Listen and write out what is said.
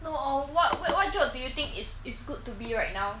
no err what what job do you think it's it's good to be right now